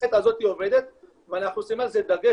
הפנייה הזאת עובדת ואנחנו עושים על זה דגש,